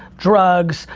drugs,